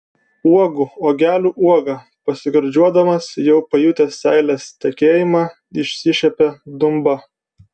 uogų uogelių uoga pasigardžiuodamas jau pajutęs seilės tekėjimą išsišiepė dumba